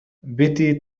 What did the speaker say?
بيتي